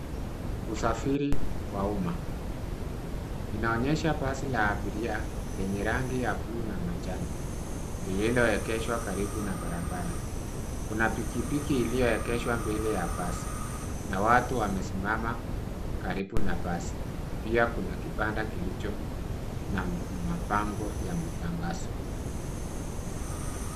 Usafiri wa umma .Inaonyesha basi la abiria lenye rangi ya blue[cs[ na manjano lililoegeshwa karibu na barabara. Kuna pikipiki iliyoegeshwa mbele ya basi na watu wamesimama karibu na basi. Pia kuna kibanda kilicho na mabango ya matangazo.